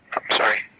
i'm sorry.